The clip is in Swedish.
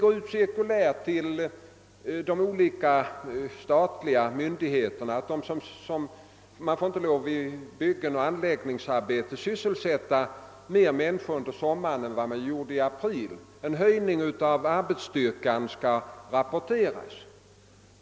Likaså har det till olika statliga myndigheter skickats ut cirkulär om att man under sommaren inte får sysselsätta fler arbetare i byggnadsoch anläggningsarbeten än man gjorde i april. Varje ökning av arbetsstyrkan skall rapporteras.